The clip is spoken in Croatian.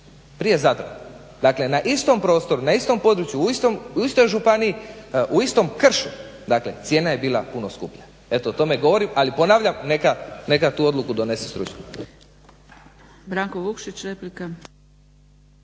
Prije Zadra. Dakle na istom prostoru, na istom području, u istoj županiji, u istom kršu dakle cijena je bila puno skuplja, eto o tome govorim, ali ponavljam neka tu odluku donesu stručnjaci.